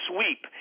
sweep